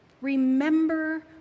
remember